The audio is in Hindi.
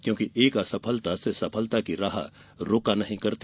क्योंकि एक असफलता से सफलता की राह नहीं रूकती